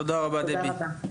תודה רבה.